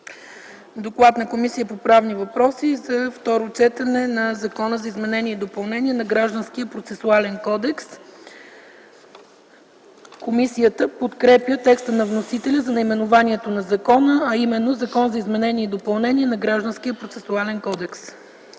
„Доклад на Комисията по правни въпроси за второ четене на Законопроекта за изменение и допълнение на Гражданския процесуален кодекс.” Комисията подкрепя текста на вносителя за наименованието на закона, а именно: „Закон за изменение и допълнение на Гражданския процесуален кодекс”.